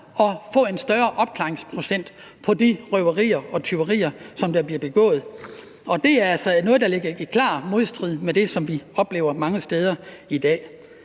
giver en større opklaringsprocent af de røverier og tyverier, som bliver begået. Og det er altså noget, der står i klar modsætning til det, vi oplever mange steder i dag.